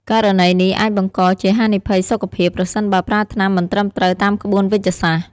ករណីនេះអាចបង្កជាហានិភ័យសុខភាព ប្រសិនបើប្រើថ្នាំមិនត្រឹមត្រូវតាមក្បួនវេជ្ជសាស្ត្រ។